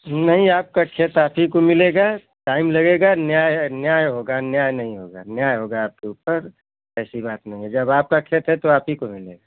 नहीं आपको खेत आप ही को मिलेगा टाइम लगेगा न्याय न्याय होगा अन्याय नहीं होगा न्याय होगा आपके ऊपर ऐसी बात नाही है जब आपका खेत है तो आप हीं को मिलेगा